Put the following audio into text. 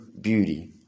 beauty